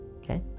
okay